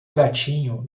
gatinho